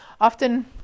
often